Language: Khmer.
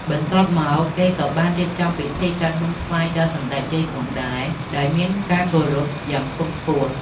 បន្ទាប់មក គេក៏បានរៀបចំពិធីកាត់នំថ្វាយដល់សម្តេចយាយផងដែរ ដោយមានគោរពយ៉ាងខ្ពង់ខ្ពស់។